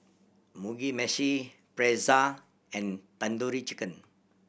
Mugi Meshi Pretzel and Tandoori Chicken